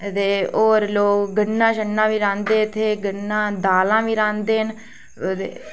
ते होर लोक गन्ना बी रांह्दे ते गन्ना दालां बी रांह्दे न ते